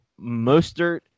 Mostert